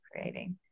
creating